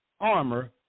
armor